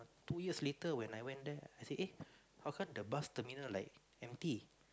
two years later when I went there I say eh how come the bus terminal like empty